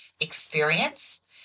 experience